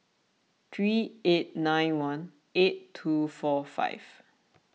three eight nine one eight two four five